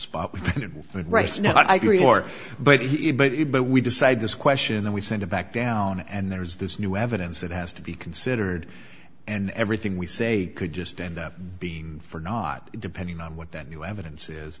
but right now i grieve for but he but it but we decide this question that we send him back down and there's this new evidence that has to be considered and everything we say could just end up being for not depending on what that new evidence is